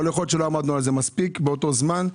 אבל יכול להיות שלא עמדנו על זה מספיק באותו זמן,